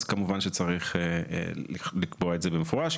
אז כמובן שצריך לקבוע את זה במפורש.